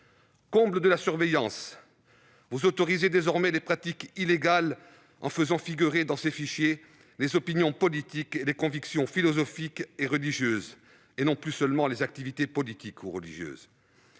Comble de la surveillance, vous autorisez désormais des pratiques autrefois illégales : pourront désormais figurer dans ces fichiers « les opinions politiques » et les « convictions philosophiques et religieuses » et non plus seulement les « activités » politiques ou religieuses.